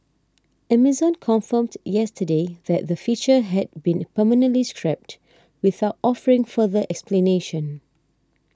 Amazon confirmed yesterday that the feature had been permanently scrapped without offering further explanation